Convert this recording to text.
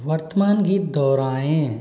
वर्तमान गीत दोहराएं